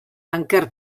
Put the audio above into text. anker